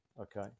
okay